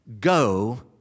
go